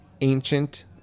ancient